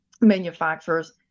manufacturers